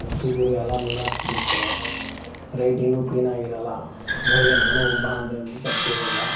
ಒತ್ತು ದೀರ್ಘ ಎಲ್ಲ ನುಂಗಾಕಿಬಿಟ್ಟಿರ್ತಾರೆ ರೈಟಿಂಗು ಕ್ಲೀನಾಗಿರೋಲ್ಲ ಅದರಲ್ಲಿ ನಾನು ಒಬ್ಬ ಅಂತಂದ್ರು ತಪ್ಪೇನಿಲ್ಲ